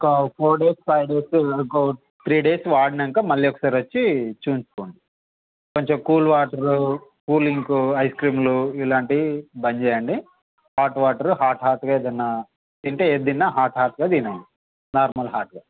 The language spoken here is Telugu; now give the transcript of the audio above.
ఒక four days five days three days వాడాక మళ్ళీ ఒకసారి వచ్చి చూపించుకోండి కొంచెం కూల్ వాటర్ కూల్ డ్రింక్ ఐస్క్రీంలు ఇలాంటివి బంద్ చేయండి హాట్ వాటర్ హాట్ హట్గా తినండి నార్మల్ హట్గా